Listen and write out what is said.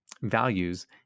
values